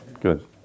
good